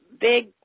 big